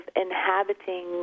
inhabiting